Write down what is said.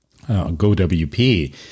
GoWP